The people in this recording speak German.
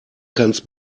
kannst